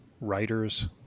writers